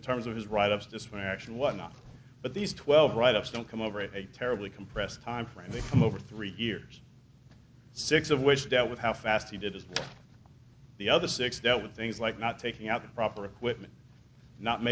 in terms of his write ups distraction whatnot but these twelve write ups don't come over a terribly compressed timeframe they come over three years six of which dealt with how fast he did as the other six dealt with things like not taking out the proper equipment not